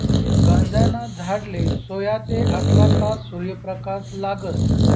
गांजाना झाडले सोया ते आठरा तास सूर्यप्रकाश लागस